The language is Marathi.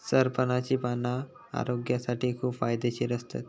सरपणाची पाना आरोग्यासाठी खूप फायदेशीर असतत